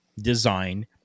design